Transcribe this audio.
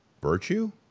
virtue